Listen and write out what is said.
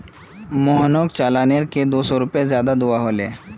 मोहनक चालानेर के दो सौ रुपए ज्यादा दिबा हले